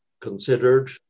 considered